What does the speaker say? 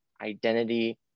identity